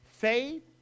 Faith